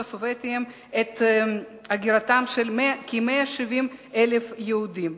הסובייטיים את הגירתם של כ-170,000 יהודים,